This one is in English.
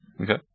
Okay